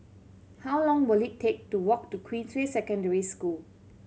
how long will it take to walk to Queensway Secondary School